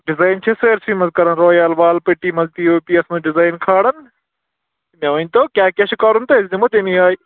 design چھِ أسۍ سٲرۍسٕے منٛز کَران رویال وال پُٹی منٛز پی او پی یَس منٛز ڈِزایِن کھالان مےٚ ؤنۍتو کیٛاہ کیٛاہ چھِ کَرُن تہٕ أسۍ دِمو تٔمی آیہِ